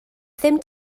ddim